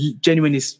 genuinely